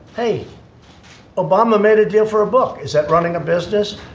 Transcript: hey obama managed yeah for a book. is that running a business.